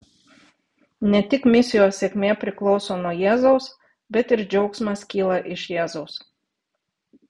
ne tik misijos sėkmė priklauso nuo jėzaus bet ir džiaugsmas kyla iš jėzaus